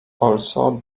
also